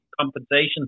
compensation